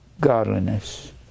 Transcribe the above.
godliness